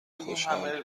خوشحال